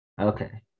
Okay